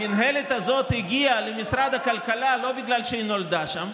המינהלת הזאת הגיעה למשרד הכלכלה לא בגלל שהיא נולדה שם,